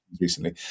recently